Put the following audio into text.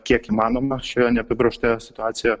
kiek įmanoma šioje neapibrėžtoje situacijoje